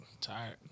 tired